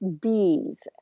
bees